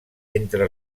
entre